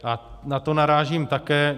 A na to narážím také.